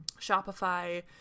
Shopify